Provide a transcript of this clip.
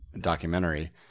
documentary